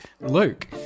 Luke